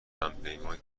همپیمان